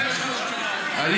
עוד לא.